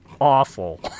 awful